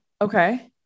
Okay